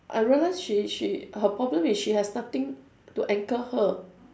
I realise she she her problem is she has nothing to anchor her